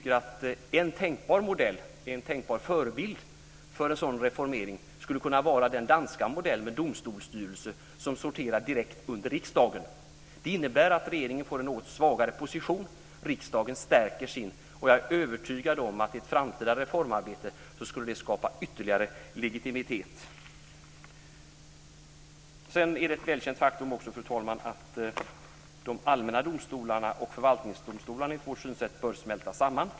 En tänkbar förebild för en reformering skulle kunna vara den danska modellen, med domstolsstyrelser som sorterar direkt under riksdagen. Det innebär att regeringen får en något svagare position och att riksdagen stärker sin. Jag är övertygad om att det skulle skapa ytterligare legitimitet i ett framtida reformarbete. Fru talman! Det är ett välkänt faktum att de allmänna domstolarna och förvaltningsdomstolarna enligt vårt synsätt bör smälta samman.